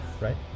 right